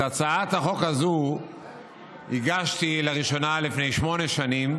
את הצעת החוק הזאת הגשתי לראשונה לפני שמונה שנים,